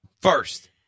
First